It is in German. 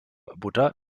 butter